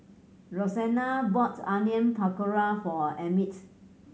Roseanne bought Onion Pakora for Emmitt